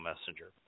messenger